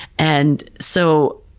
and so,